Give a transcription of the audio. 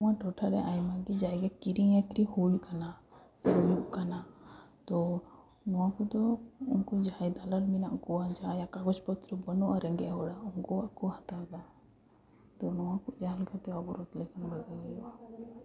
ᱱᱚᱶᱟ ᱴᱚᱴᱷᱟᱨᱮ ᱟᱭᱢᱟᱜᱮ ᱡᱟᱭᱜᱟ ᱠᱤᱨᱤᱧ ᱟᱹᱠᱷᱨᱤᱧ ᱦᱩᱭ ᱟᱠᱟᱱᱟ ᱥᱮ ᱦᱩᱭᱩᱜ ᱠᱟᱱᱟ ᱛᱚ ᱱᱚᱶᱟ ᱠᱚᱫᱚ ᱩᱱᱠᱩ ᱡᱟᱦᱟᱸᱭ ᱫᱟᱞᱟᱞ ᱢᱮᱱᱟᱜ ᱠᱚᱣᱟ ᱡᱟᱦᱟᱸᱭᱟᱜ ᱠᱚᱜᱚᱡᱽ ᱯᱚᱛᱨᱚ ᱵᱟ ᱱᱩᱜᱼᱟ ᱨᱮᱸᱜᱮᱡ ᱦᱚᱲ ᱩᱱᱠᱩᱣᱟᱜ ᱠᱚ ᱦᱟᱛᱟᱣᱮᱫᱟ ᱛᱚ ᱱᱚᱶᱟ ᱠᱚ ᱡᱟᱦᱟᱸ ᱞᱮᱠᱟᱛᱮ ᱚᱵᱚᱨᱳᱫᱽ ᱞᱮᱠᱷᱟᱱ ᱵᱷᱟᱜᱮ ᱦᱩᱭᱩᱜᱼᱟ